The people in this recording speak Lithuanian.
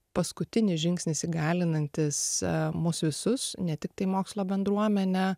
paskutinis žingsnis įgalinantis mus visus ne tiktai mokslo bendruomenę